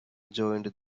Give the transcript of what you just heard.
joined